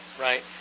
right